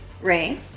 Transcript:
Ray